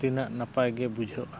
ᱛᱤᱱᱟᱹᱜ ᱱᱟᱯᱟᱭ ᱜᱮ ᱵᱩᱡᱷᱟᱹᱜᱼᱟ